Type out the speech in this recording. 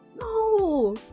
no